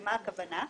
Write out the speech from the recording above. ומה הכוונה?